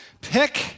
pick